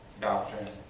doctrine